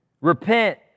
Repent